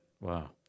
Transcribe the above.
Wow